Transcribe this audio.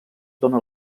dóna